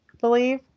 believe